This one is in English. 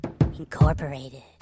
Incorporated